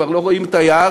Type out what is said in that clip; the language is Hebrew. כבר לא רואים את היער,